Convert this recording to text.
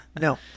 No